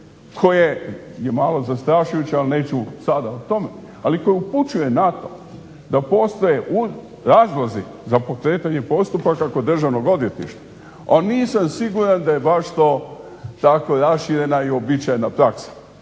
koje je malo zastrašujuće ali neću sada o tome, ali koje upućuje na to da postoje razlozi za pokretanje postupaka kod Državnog odvjetništva, a nisam siguran da je baš to tako raširena i uobičajena praksa.